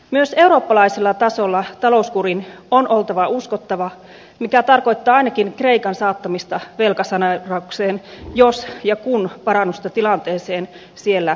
myös eurooppalaisella tasolla talouskurin on oltava uskottava mikä tarkoittaa ainakin kreikan saattamista velkasaneeraukseen jos ja kun parannusta tilanteeseen siellä ei tule